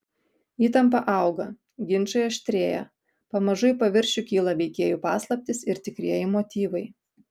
įtampa auga ginčai aštrėja pamažu į paviršių kyla veikėjų paslaptys ir tikrieji motyvai